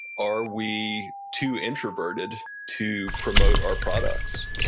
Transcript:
are we too introverted to promote our products?